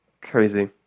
Crazy